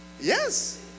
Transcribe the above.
Yes